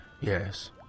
yes